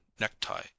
necktie